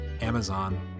amazon